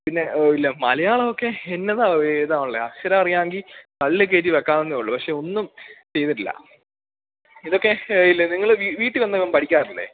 പിന്നെ ഇല്ല മലയാളമൊക്കെ എന്താണ് എഴുതാനുള്ളത് അക്ഷരമറിയാമെങ്കില് തള്ളിക്കയറ്റി വെയ്ക്കാവുന്നെയുള്ളൂ പക്ഷേ ഒന്നും ചെയ്തിട്ടില്ല ഇതൊക്കെ ഇല്ല നിങ്ങള് വീട്ടില് വന്നാല് ഇവൻ പഠിക്കാറില്ലേ